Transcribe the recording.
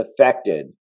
affected